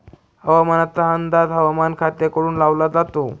हवामानाचा अंदाज हवामान खात्याकडून लावला जातो